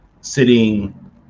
sitting